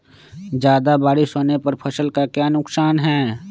ज्यादा बारिस होने पर फसल का क्या नुकसान है?